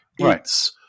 Right